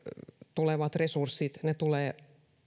tulevat resurssit tulevat